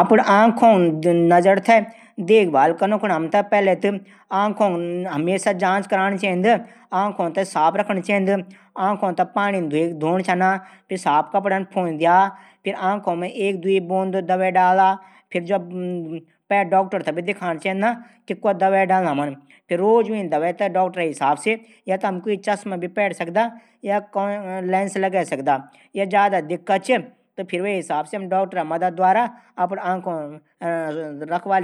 आंखो दृष्टि देखभाल कनू कने आखो की समय समय पर जांच कराण चैंद। और डाक्टर से परामर्श लींण चैंद। और धूप मा धूप चश्मा पैन चैंद ज्यां से आखों मा धूप की हानिकारक किरणो से सुरक्षित रह साका। और आखों का व्यायाम भी कनू